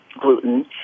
gluten